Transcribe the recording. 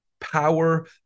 power